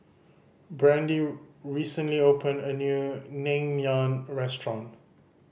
Brande recently opened a new Naengmyeon Restaurant